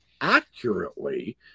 accurately